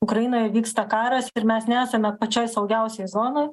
ukrainoje vyksta karas ir mes nesame pačioj saugiausioj zonoj